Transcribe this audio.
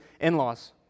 in-laws